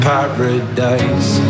Paradise